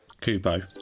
Kubo